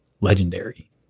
legendary